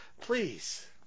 please